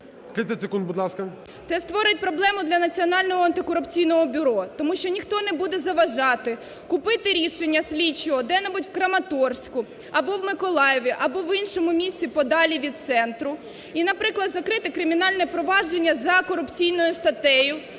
Це створить проблему для Національного антикорупційного бюро, тому що ніхто не буде заважати купити рішення слідчого де-небудь в Краматорську або в Миколаєві, або в іншому місті, подалі від центру, і, наприклад, закрити кримінальне провадження за корупційною статтею